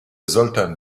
zoltán